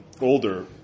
older